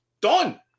Done